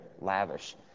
lavish